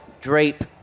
drape